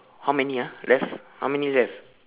how many ah left how many left